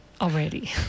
already